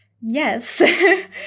Yes